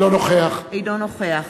אינו נוכח